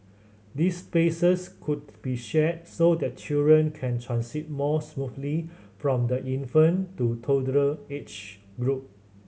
these spaces could be shared so that children can transit more smoothly from the infant to toddler age group